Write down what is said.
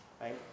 Right